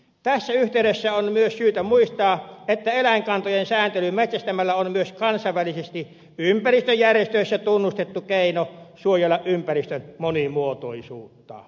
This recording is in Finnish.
tässä yhteydessä on myös syytä muistaa että eläinkantojen sääntely metsästämällä on myös kansainvälisesti ympäristöjärjestöissä tunnustettu keino suojella ympäristön monimuotoisuutta